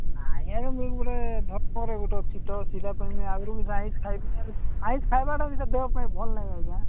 ନାଇଁ ଆଜ୍ଞା ଗୋଟେ ଅଛି ତ ସେଟା ପାଇଁ ଆଗରୁ ଆଇଁଷ ଖାଇବା ଆଇଁଷ ଖାଇବାଟା ବି ଦେହ ପାଇଁ ଭଲ ନାହିଁ ଆଜ୍ଞା